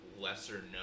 lesser-known